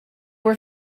were